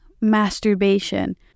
masturbation